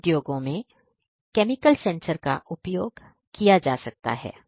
कई उद्योगों में केमिकल सेंसर का उपयोग किया जा सकता है